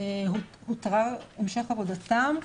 הותר המשך עבודתם,